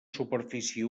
superfície